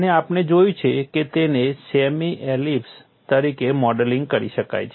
અને આપણે જોયું છે કે તેને સેમી એલિપ્સ તરીકે મોડેલિંગ કરી શકાય છે